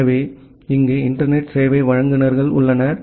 எனவே இங்கே இன்டர்நெட் சேவை வழங்குநர்கள் உள்ளனர்